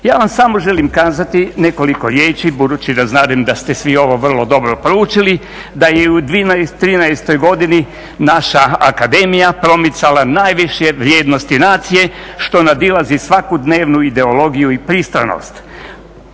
Ja vam samo želim kazati nekoliko riječi, budući da znadem da ste svi ovo vrlo dobro proučili, da je u 2013. godini naša akademija promicala najviše vrijednosti nacije što nadilazi svaku dnevnu ideologiju i pristojnost.